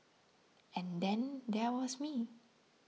and then there was me